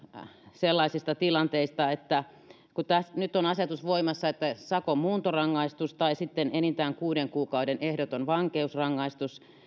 sellaisista tilanteista että kun nyt on voimassa asetus että on sakon muuntorangaistus tai sitten enintään kuuden kuukauden ehdoton vankeusrangaistus